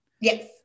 yes